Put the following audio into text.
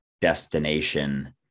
destination